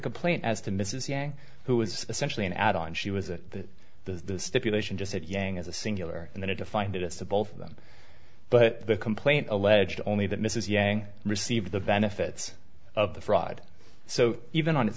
complaint as to mrs yang who was essentially an add on she was it the stipulation just said yang as a singular and they defined it as to both of them but the complaint alleged only that mrs yang receive the benefits of the fraud so even on